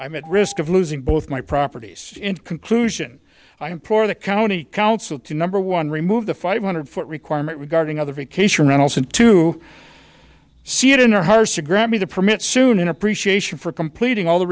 i'm at risk of losing both my properties in conclusion i implore the county council to number one remove the five hundred foot requirement regarding other vacation rentals and to see it in their hearts to grant me the permit soon in appreciation for completing all the